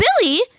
Billy